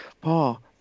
Paul